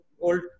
old